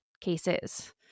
cases